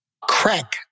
crack